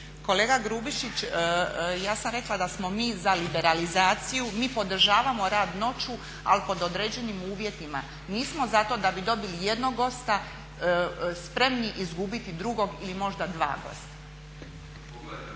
Kolega Grubišić ja sam rekla da smo mi za liberalizaciju, mi podražavamo rad noću ali pod određenim uvjetima. Nismo za to da bi dobili jednog gosta spremni izgubiti drugog ili možda dva.